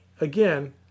Again